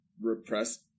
repressed